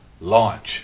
launch